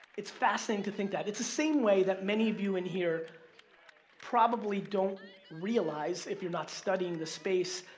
it's fascinating to think that. it's the same way that many of you in here probably don't realize if you're not studying the space,